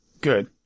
good